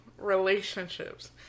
relationships